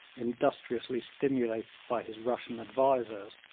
industriously stimulated by his russian advisers,